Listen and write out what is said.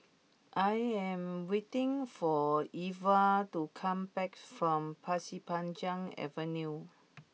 I am waiting for Elva to come back from Pasir Panjang Avenue